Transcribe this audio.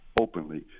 openly